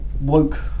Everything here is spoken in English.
woke